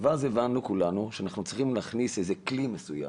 ואז הבנו כולנו שאנחנו צריכים להכניס כלי מסוים